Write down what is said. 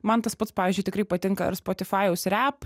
man tas pats pavyzdžiui tikrai patinka ar spotifajaus rep